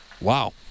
Wow